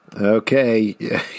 Okay